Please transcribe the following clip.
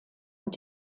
und